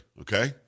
Okay